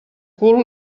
cul